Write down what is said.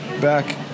back